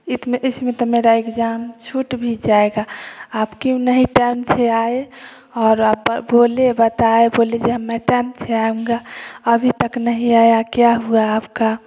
इतने इसमें तो मेरा एग्जाम छूट भी जायेगा आप आप क्यों नही टाइम से आए और आप बोले बताए बोले जब मै टाइम से आऊँगा अभी तक नहीं आया क्या हुआ आपका